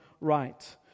right